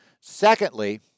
secondly